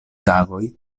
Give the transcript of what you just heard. tagoj